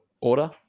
order